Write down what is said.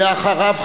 ואחריו,